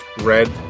Red